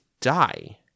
die